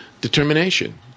determination